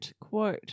quote